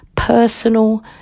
personal